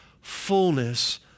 fullness